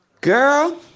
Girl